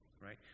Right